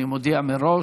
אני מודיע מראש.